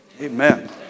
Amen